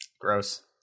Gross